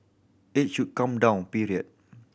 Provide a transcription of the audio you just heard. it should come down period